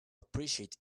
appreciate